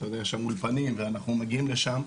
יש שם אולפנים ואנחנו מגיעים לשם,